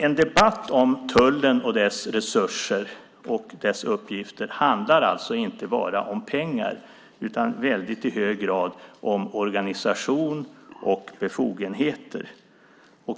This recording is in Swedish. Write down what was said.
En debatt om tullen och dess resurser och uppgifter handlar alltså inte enbart om pengar utan i hög grad om organisation och befogenheter.